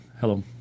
hello